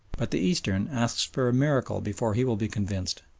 but the eastern asks for a miracle before he will be convinced,